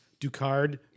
Ducard